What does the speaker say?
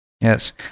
Yes